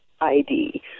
ID